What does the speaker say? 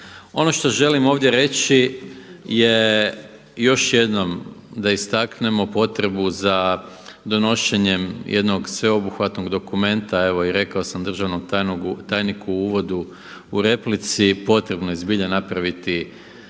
Ono što želim ovdje reći je još jednom da istaknemo potrebu za donošenjem jednog sveobuhvatnog dokumenta. Evo i rekao sam i državnom tajniku u uvodu u replici potrebno je zbilja napraviti